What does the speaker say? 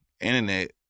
internet